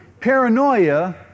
Paranoia